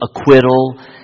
acquittal